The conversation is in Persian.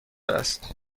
است